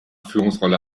führungsrolle